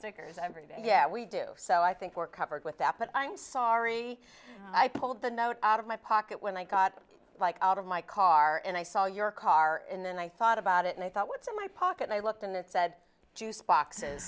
stickers yeah we do so i think we're covered with that but i'm sorry i pulled the note out of my pocket when i got out of my car and i saw your car and then i thought about it and i thought what's in my pocket i looked and it said juice boxes